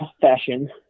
fashion